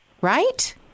Right